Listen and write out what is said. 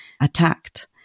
attacked